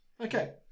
Okay